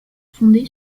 fondé